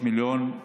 הוא